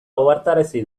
ohartarazi